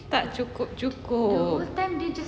tak cukup-cukup